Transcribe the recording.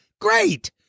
Great